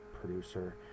producer